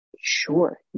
sure